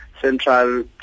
central